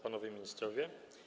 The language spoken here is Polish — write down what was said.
Panowie Ministrowie!